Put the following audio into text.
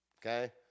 Okay